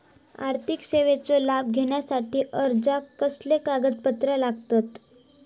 आर्थिक सेवेचो लाभ घेवच्यासाठी अर्जाक कसले कागदपत्र लागतत?